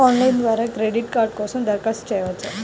Online ద్వారా credit card కోసం దరఖాస్తు చేయవచ్చా?